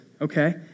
okay